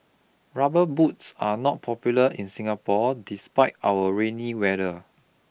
rubber boots are not popular in Singapore despite our rainy weather